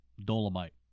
Dolomite